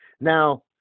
Now